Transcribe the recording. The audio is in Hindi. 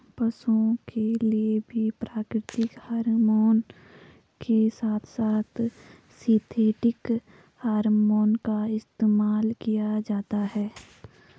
पशुओं के लिए भी प्राकृतिक हॉरमोन के साथ साथ सिंथेटिक हॉरमोन का इस्तेमाल किया जाता है